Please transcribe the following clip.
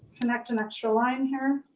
connect an extra line here.